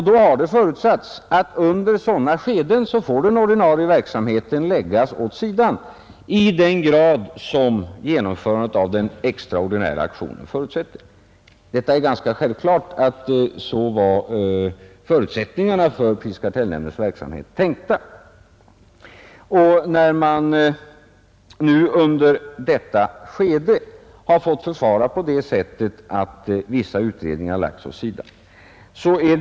Det har förutsatts att den ordinarie verksamheten under sådana skeden får läggas åt sidan i den grad som genomförandet av den extraordinära aktionen förutsätter. Det är ganska självklart att förutsättningarna för prisoch kartellnämndens verksamhet också var tänkta på det sättet. Under detta skede har vissa utredningar måst läggas åt sidan.